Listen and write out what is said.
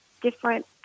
different